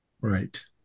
Right